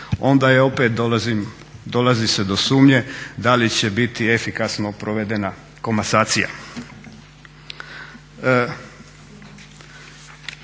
onda opet dolazi se do sumnje da li će biti efikasno provedena komasacija.